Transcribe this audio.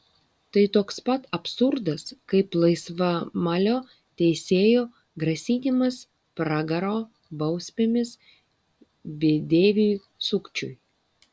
tai toks pat absurdas kaip laisvamanio teisėjo grasinimas pragaro bausmėmis bedieviui sukčiui